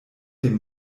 dem